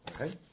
Okay